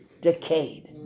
decayed